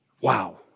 Wow